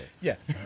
yes